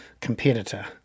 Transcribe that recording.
competitor